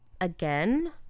Again